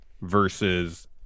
versus